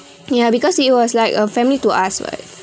ya because he was like a family to us [what]